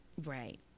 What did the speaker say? Right